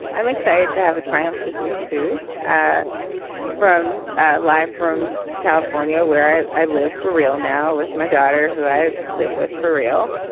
i'm excited to have a triumph this week week two ah from ah live from california where i i live for real now with my daughter who i live with for rio.